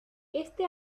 este